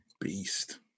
Beast